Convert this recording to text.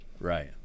Right